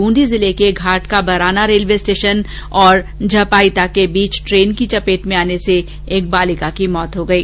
बूंदी जिले के Ghat Ka Barana railway station और झपाइताके बीच ट्रेन की चपेट में आने से एक बालिका की मृत्यु हो गयी